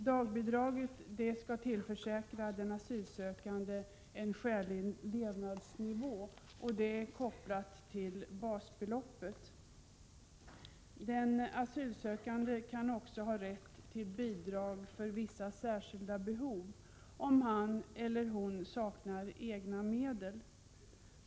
Dagbidraget skall tillförsäkra den asylsökande en skälig levnadsnivå och vara kopplat till basbeloppet. Den asylsökande kan också ha rätt till bidrag för vissa särskilda behov, om han eller hon saknar egna medel.